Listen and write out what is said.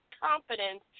confidence